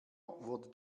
wurde